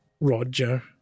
Roger